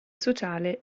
sociale